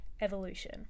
evolution